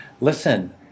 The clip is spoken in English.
listen